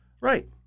Right